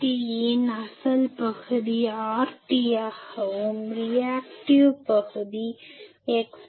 ZT இன் அசல் பகுதி RT யாக இருக்கும் ரியாக்டிவ் பகுதி XT